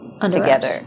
together